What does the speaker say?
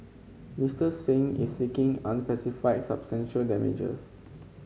Mister Singh is seeking unspecified substantial damages